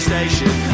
Station